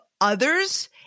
others